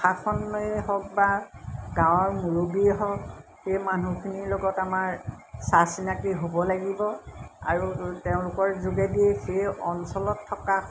প্ৰশাসনেই হওক বা গাঁৱৰ মুৰব্বীয়ে হওক সেই মানুহখিনিৰ লগত আমাৰ চা চিনাকি হ'ব লাগিব আৰু তেওঁলোকৰ যোগেদি সেই অঞ্চলত থকা